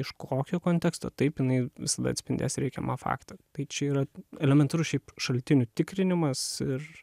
iš kokio konteksto taip jinai visada atspindės reikiamą faktą tai čia yra elementarus šiaip šaltinių tikrinimas ir